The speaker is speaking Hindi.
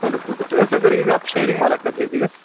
चालीस रुपये तो ऐसा करिएगा आप शेयरिंग वाला कर दीजिएगा